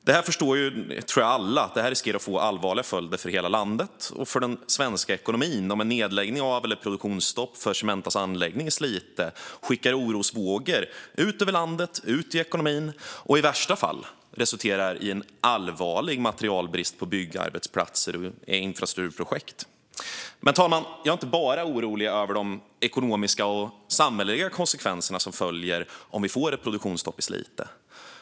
Jag tror att alla förstår att det riskerar att få allvarliga följder för hela landet och för den svenska ekonomin om en nedläggning av eller produktionsstopp för Cementas anläggning i Slite skickar orosvågor ut över landet, ut i ekonomin, och i värsta fall resulterar i en allvarlig materialbrist på byggarbetsplatser och i infrastrukturprojekt. Fru talman! Jag är inte bara orolig över de ekonomiska och samhälleliga konsekvenserna som följer om vi får ett produktionsstopp i Slite.